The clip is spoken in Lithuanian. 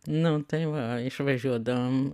nu tai va išvažiuodavom